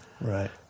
Right